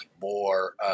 more